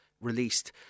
released